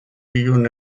ilun